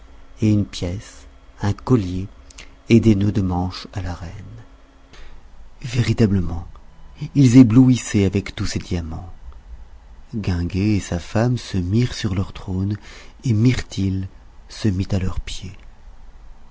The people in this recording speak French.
et une pièce un collier et des nœuds de manche à la reine véritablement ils éblouissaient avec tous ces diamants guinguet et sa femme se mirent sur leur trône et mirtil se mit à leurs pieds